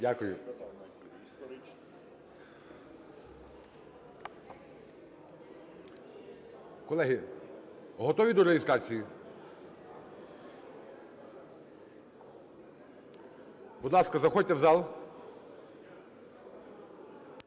Дякую. Колеги, готові до реєстрації? Будь ласка, заходьте в зал.